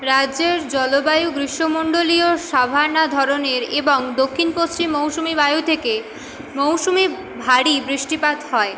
রাজ্যের জলবায়ু গ্রীষ্মমন্ডলীয় সাভানা ধরনের এবং দক্ষিণ পশ্চিম মৌসুমি বায়ু থেকে মৌসুমি ভারী বৃষ্টিপাত হয়